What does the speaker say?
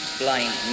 blind